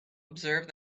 observe